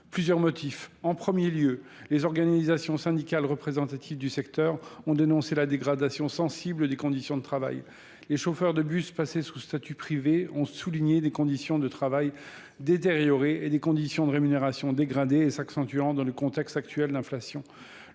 couronne. En premier lieu, les organisations syndicales représentatives du secteur ont dénoncé la dégradation sensible des conditions de travail. Les chauffeurs de bus passés sous statut privé ont souligné que celles ci se sont détériorées et que les conditions de rémunération se sont dégradées, phénomène qui s’accentue dans le contexte actuel d’inflation.